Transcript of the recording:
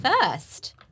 first